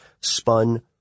spun